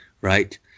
right